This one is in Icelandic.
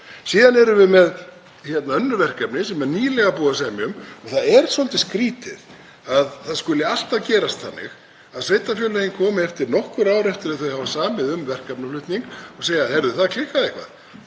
Síðan erum við með önnur verkefni sem er nýlega búið að semja um, og það er svolítið skrýtið að það skuli alltaf gerast þannig að sveitarfélögin komi eftir nokkur ár, eftir að þau hafa samið um verkefnaflutning, og segi: Heyrðu, það klikkaði eitthvað.